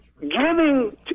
giving